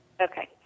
Okay